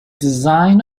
design